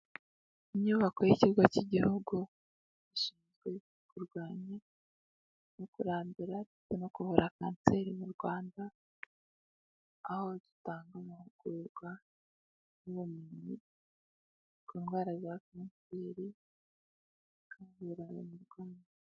Inyubako y'ikigo cy'igihugu gishinzwe kurwanya no kurandura ndetse no kuvura kanseri mu Rwanda, aho gitanga amahugurwa n'ubumenyi ku ndwara za kanseri, bakavura abarwaye.